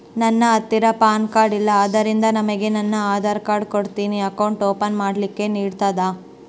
ನನ್ನ ಹತ್ತಿರ PAN card ಇಲ್ಲ ಆದ್ದರಿಂದ ನಿಮಗೆ ನನ್ನ ಆಧಾರ್ ಕಾರ್ಡ್ ಕೊಡ್ತೇನಿ ಅಕೌಂಟ್ ಓಪನ್ ಮಾಡ್ಲಿಕ್ಕೆ ನಡಿತದಾ?